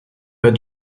pas